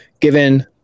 given